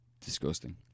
disgusting